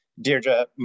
Deirdre